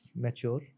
mature